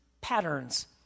patterns